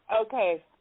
Okay